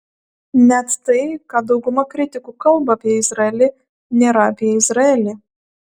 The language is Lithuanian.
net tai ką dauguma kritikų kalba apie izraelį nėra apie izraelį